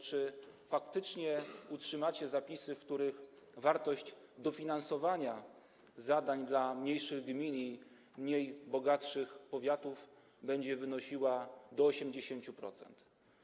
Czy faktycznie utrzymacie zapisy, w których wartość dofinansowania zadań dla mniejszych gmin i mniej bogatych powiatów będzie wynosiła do 80%?